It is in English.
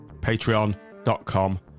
patreon.com